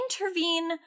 intervene